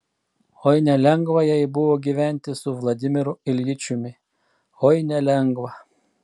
oi nelengva jai buvo gyventi su vladimiru iljičiumi oi nelengva